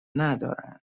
ندارند